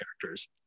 characters